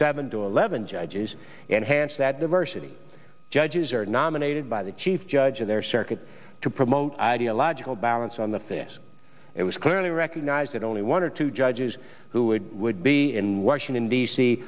seven to eleven judges and hands that diversity judges are nominated by the chief judge in their circuit to promote ideological balance on the thing as it was clearly recognized that only one or two judges who would would be in washington d